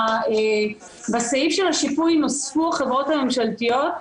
בסעיף השיפוי נוספו החברות הממשלתיות,